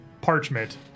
parchment